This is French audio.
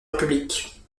république